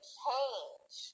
change